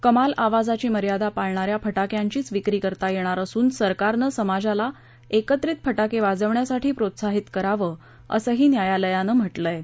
कमाल आवाजाची मर्यादा पाळणा या फटाक्यांचीच विक्री करता येणार असून सरकारनं समाजाला एकत्रित फटाके वाजवण्यासाठी प्रोत्साहित करावं असंही न्यायालयानं म्हटलयं